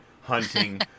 hunting